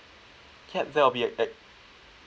yup that will be at at